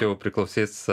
jau priklausys